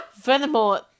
furthermore